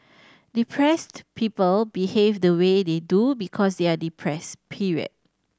depressed people behave the way they do because they are depressed period